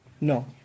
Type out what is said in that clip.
No